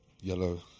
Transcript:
yellow